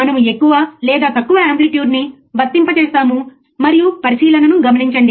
కాబట్టి అవును ఇప్పుడు మనం చూడవచ్చు సరియైనదా